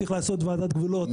צריך לעשות ועדת גבולות,